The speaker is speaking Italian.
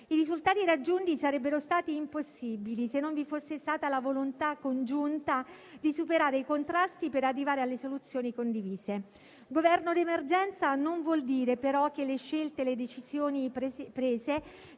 I risultati raggiunti sarebbero stati impossibili, se non vi fosse stata la volontà congiunta di superare i contrasti per arrivare a soluzioni condivise. Governo di emergenza non vuol dire, però, che le scelte e le decisioni prese